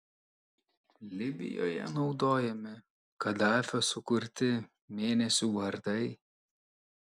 libijoje naudojami kadafio sukurti mėnesių vardai